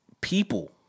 people